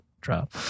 drop